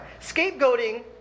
Scapegoating